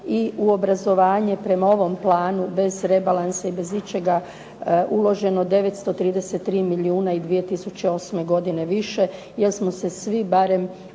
i u obrazovanje prema ovom planu bez rebalansa i bez ičega uloženo 933 milijuna i 2008. godine više,